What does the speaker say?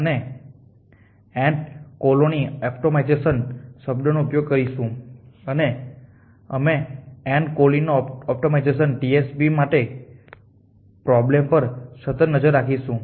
અમે ant colony optimization શબ્દનો ઉપયોગ કરીશું અને અમે એન્ટ કોલોની ઓપ્ટિમાઇઝેશન માટે TSP પ્રોબ્લેમ પર સતત નજર રાખીશું